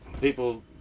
people